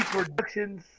Productions